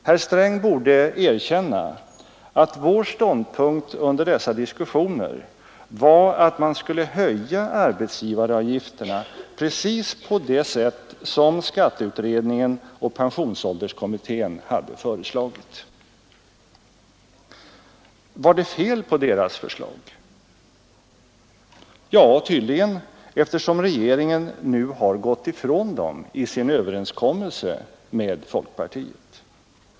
Herr Sträng borde erkänna att vår ståndpunkt under dessa diskussioner var att man skulle höja arbetsgivaravgifterna precis på det sätt som skatteutredningen och pensionsålderskommittén hade föreslagit. Var det något fel på deras förslag? Ja, tydligen, eftersom regeringen nu har gått ifrån dem i sin överenskommelse med folkpartiet.